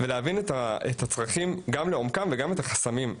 גם בהבנת הצרכים וגם בהבנת החסמים.